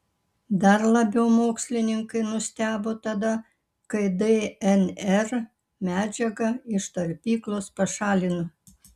dar labiau mokslininkai nustebo tada kai dnr medžiagą iš talpyklos pašalino